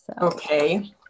Okay